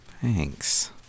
thanks